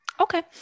Okay